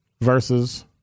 versus